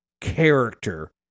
character